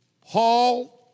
Paul